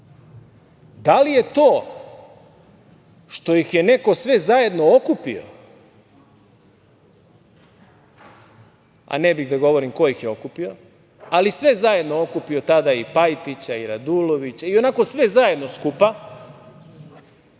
Da li je to što ih je neko sve zajedno okupio, a ne bih da govorim ko ih je okupio, ali sve zajedno okupio tada i Pajtića i Radulovića i onako sve zajedno skupa,